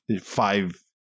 five